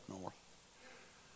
north